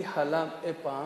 מי חלם אי-פעם